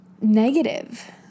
negative